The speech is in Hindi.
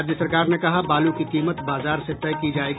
राज्य सरकार ने कहा बालू की कीमत बाजार से तय की जायेगी